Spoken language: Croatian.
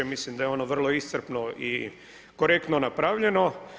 Mislim da je ono vrlo iscrpno i korektno napravljeno.